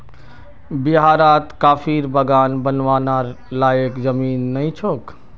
बिहारत कॉफीर बागान बनव्वार लयैक जमीन नइ छोक